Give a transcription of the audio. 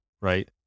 right